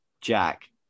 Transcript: Jack